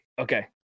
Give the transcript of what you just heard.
Okay